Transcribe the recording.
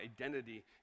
identity